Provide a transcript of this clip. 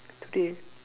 today